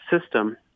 system